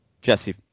Jesse